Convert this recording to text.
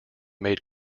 made